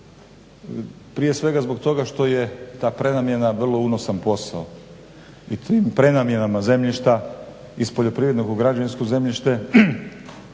prije svega stoga što je ta prenamjena vrlo unosan posao i tim prenamjenama zemljišta iz poljoprivrednog u građevinsko zemljište